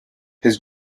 his